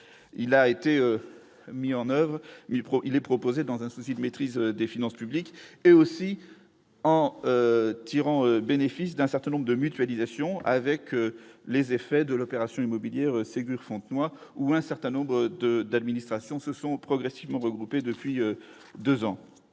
il a été mis en oeuvre mais pro il est proposé, dans un souci de maîtrise des finances publiques et aussi en tirant bénéfice d'un certain nombre de mutualisation avec les effets de l'opération immobilière Ségur Fontenoy où un certain nombre de d'administration se sont progressivement regroupées depuis 2 ans